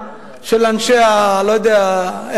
לא יודע,